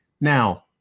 Now